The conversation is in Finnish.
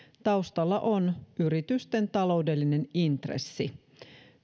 taustalla on yritysten taloudellinen intressi